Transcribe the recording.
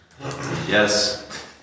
Yes